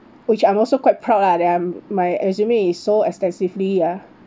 which I'm also quite proud lah that I'm my resume is so extensively ah